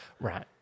Right